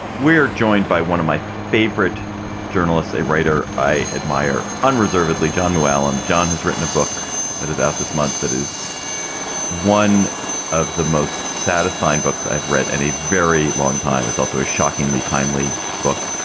we're joined by one of my favorite journalists, a writer i admire unreservedly, john moualem. john has written a book that is out this month. that is one of the most satisfying books i've read in and a very long time. it's also a shockingly timely book.